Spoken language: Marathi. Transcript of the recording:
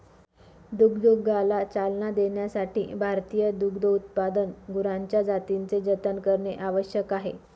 दुग्धोद्योगाला चालना देण्यासाठी भारतीय दुग्धोत्पादक गुरांच्या जातींचे जतन करणे आवश्यक आहे